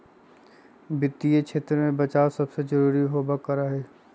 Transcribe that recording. वित्तीय क्षेत्र में बचाव सबसे जरूरी होबल करा हई